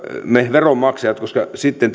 veronmaksajat koska sitten